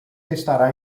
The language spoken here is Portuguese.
estará